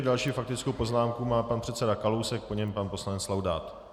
Další faktickou poznámku má pan předseda Kalousek, po něm pan poslanec Laudát.